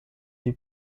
die